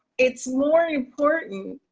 it's more important,